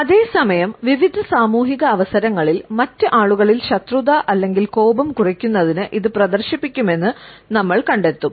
അതേസമയം വിവിധ സാമൂഹിക അവസരങ്ങളിൽ മറ്റ് ആളുകളിൽ ശത്രുത അല്ലെങ്കിൽ കോപം കുറയ്ക്കുന്നതിന് ഇത് പ്രദർശിപ്പിക്കുമെന്ന് നമ്മൾ കണ്ടെത്തും